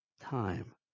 time